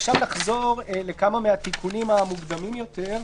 עכשיו נחזור לכמה מהתיקונים המוקדמים יותר.